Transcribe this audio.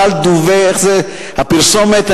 הפרסומת,